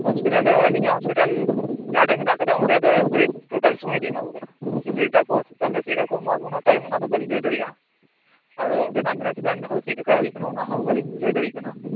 hospital ᱨᱮᱦᱚᱸ ᱟᱹᱞᱤᱧᱟᱜ hospital hospital ᱡᱟᱦᱟᱸᱴᱷᱮᱱ ᱢᱮᱱᱟᱜ ᱟᱠᱟᱫᱟ ᱚᱸᱰᱮ ᱮᱠᱵᱟᱨᱮ ᱴᱳᱴᱟᱞ ᱥᱚᱢᱚᱭ ᱞᱤᱧ ᱮᱢᱟ ᱠᱚ ᱠᱟᱱᱟ ᱮᱴᱟᱜ ᱠᱚ ᱪᱮᱫ ᱞᱮᱠᱟ ᱠᱩ ᱮᱢᱟᱠᱚ ᱠᱟᱱᱟ ᱴᱟᱭᱤᱢ ᱚᱱᱟ ᱫᱚ ᱵᱟᱞᱤᱧ ᱞᱟᱹᱭ ᱫᱟᱲᱮᱭᱟᱜᱼᱟ ᱟᱫᱚ ᱚᱸᱰᱮᱱᱟᱜ ᱢᱮᱱᱮᱡᱢᱮᱱᱴ ᱪᱮᱫ ᱞᱮᱠᱟ ᱦᱳᱭᱳᱜ ᱠᱟᱱᱟ ᱚᱱᱟ ᱦᱚᱸ ᱵᱟᱞᱤᱧ ᱞᱟᱹᱭ ᱫᱟᱲᱮᱭᱟᱜ ᱠᱟᱱᱟ ᱟᱨ